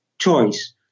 choice